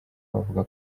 bavuga